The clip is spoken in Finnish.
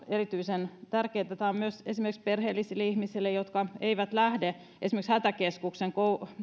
erityisen tärkeätä tämä on myös esimerkiksi perheellisille ihmisille jotka eivät lähde esimerkiksi hätäkeskuksen